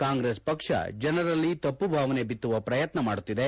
ಕಾಂಗ್ರೆಸ್ ಪಕ್ಷ ಜನರಲ್ಲಿ ತಪ್ಪು ಭಾವನೆ ಬಿತ್ತುವ ಪ್ರಯತ್ನ ಮಾಡುತ್ತಿದೆ